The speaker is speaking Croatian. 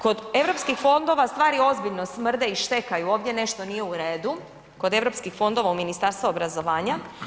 Kod EU fondova stvari ozbiljno smrde i štekaju ovdje nešto nije u redu, kod EU fondova u Ministarstvu obrazovanja.